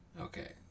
Okay